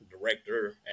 director